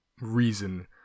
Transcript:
reason